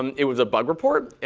um it was a bug report.